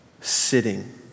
sitting